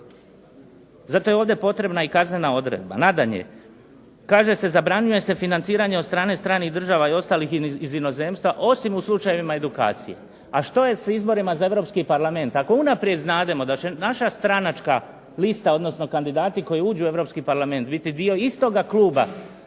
Zato je ovdje potrebna i kaznena odredba. Nadalje, kaže se zabranjuje se financiranje od strane stranih država i ostalih iz inozemstva osim u slučaju edukacije. A što je s izborima za europski parlament ako unaprijed znademo da će naša stranačka lista, odnosno kandidati koji uđu u europski parlament biti dio istoga kluga